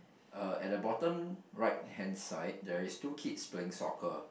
uh at the bottom right hand side there is two kids playing soccer